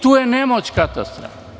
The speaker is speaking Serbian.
Tu je nemoć katastra.